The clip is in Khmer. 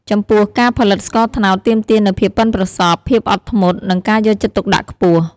ចំពោះ ការផលិតស្ករត្នោតទាមទារនូវភាពប៉ិនប្រសប់ ភាពអត់ធ្មត់ និងការយកចិត្តទុកដាក់ខ្ពស់។